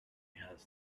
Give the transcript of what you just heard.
has